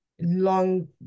long